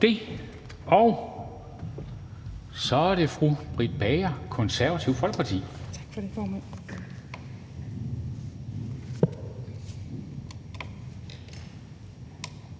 Så er det fru Britt Bager, Det Konservative Folkeparti.